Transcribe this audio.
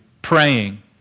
praying